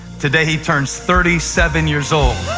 today he turns thirty seven years old.